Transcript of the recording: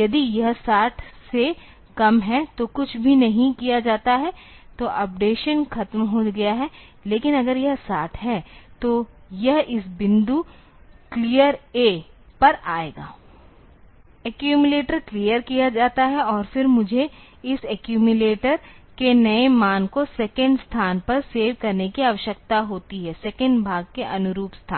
यदि यह 60 से कम है तो कुछ भी नहीं किया जाता है तो अपडेशन खत्म हो गया है लेकिन अगर यह 60 है तो यह इस बिंदु क्लियर A पर आएगा एक्यूमिलेटर क्लियर किया जाता है और फिर मुझे इस एक्यूमिलेटर के नए मान को सेकंड स्थान पर सेव करने की आवश्यकता होती है सेकंड भाग के अनुरूप स्थान